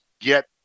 get